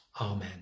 Amen